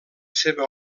seva